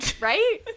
Right